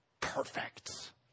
perfect